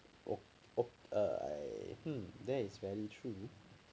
oh oh I hmm that is very true